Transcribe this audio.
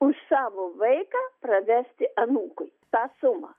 už savo vaiką pravesti anūkui tą sumą